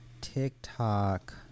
TikTok